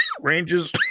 ranges